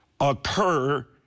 occur